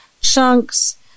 chunks